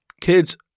kids